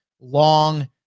long